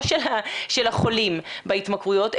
לא של החולים בהתמכרויות,